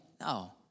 No